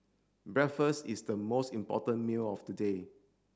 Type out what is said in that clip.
breakfast is the most important meal of the day